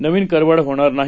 नवीनकरवाढहोणारनाही